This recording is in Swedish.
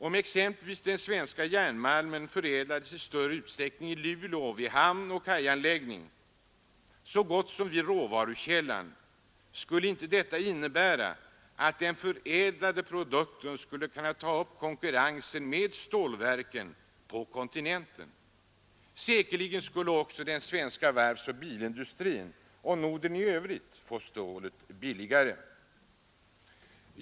Om exempelvis den svenska järnmalmen i större utsträckning förädlades i Luleå vid hamnoch kajanläggning, så gott som vid råvarukällan, skulle inte detta innebära att den förädlade produkten skulle kunna ta upp konkurrensen med varorna från stålverken på kontinenten? Säkerligen skulle den svenska varvsoch bilindustrin — och den i Norden i övrigt — få stålet billigare.